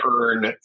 earn